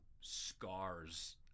scars